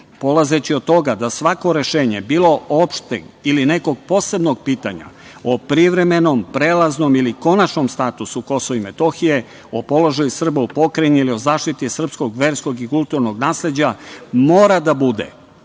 polazeći od toga da svako rešenje bilo opšteg ili nekog posebnog pitanja o privremenom, prelaznom ili konačnom statusu Kosova i Metohije, o položaju Srba u pokrajini ili o zaštiti srpskog, verskog i kulturnog nasleđa mora da bude